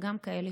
וגם אני,